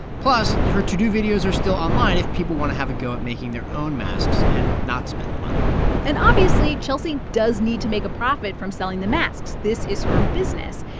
plus, her to-do videos are still online if people want to have a go at making their own masks and not spend the money and, obviously, chelsea does need to make a profit from selling the masks. this is her business.